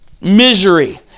misery